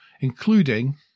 including